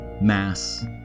mass